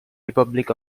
republic